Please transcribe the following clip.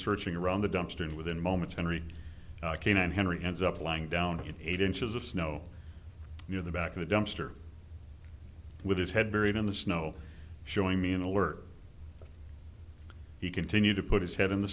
searching around the dumpster and within moments henry k nine henry ends up lying down to eight inches of snow near the back of the dumpster with his head buried in the snow showing me an alert he continued to put his head in the